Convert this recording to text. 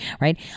right –